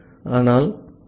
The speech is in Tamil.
அதனால் சரி